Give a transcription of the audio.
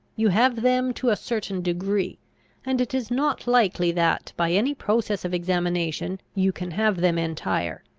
you have them to a certain degree and it is not likely that, by any process of examination, you can have them entire.